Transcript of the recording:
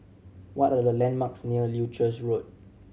what are the landmarks near Leuchars Road